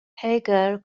hagar